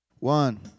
One